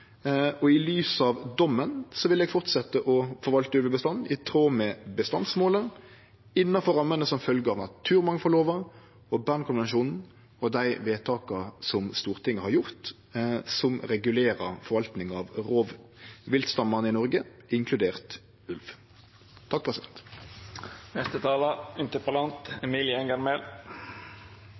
Og i lys av dommen vil eg fortsetje å forvalte ulvebestanden i tråd med bestandsmålet, innanfor rammene som følgjer av naturmangfaldlova, Bernkonvensjonen og dei vedtaka som Stortinget har gjort, som regulerer forvaltinga av rovviltstammane i Noreg, inkludert